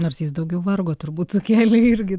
nors jis daugiau vargo turbūt sukėlė irgi